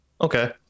Okay